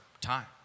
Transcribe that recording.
time